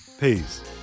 peace